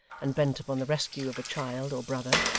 and bent upon the rescue of a child or brother.